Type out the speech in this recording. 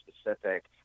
specific –